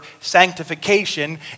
sanctification